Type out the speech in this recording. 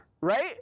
right